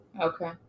Okay